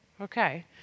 okay